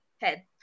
head